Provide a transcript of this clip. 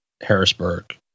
harrisburg